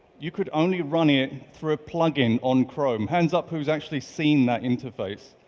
you could only run it through a plug-in on chrome. hands up. who's actually seen that interface?